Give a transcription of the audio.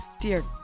Dear